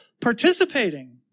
participating